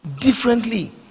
differently